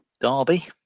Derby